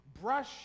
Brush